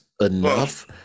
enough